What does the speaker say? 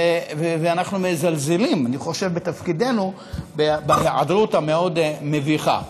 ואני חושב שאנחנו מזלזלים בתפקידנו בהיעדרות המאוד-מביכה.